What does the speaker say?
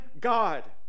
God